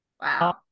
Wow